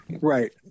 Right